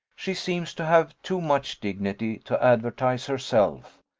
she seems to have too much dignity to advertise herself,